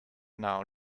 now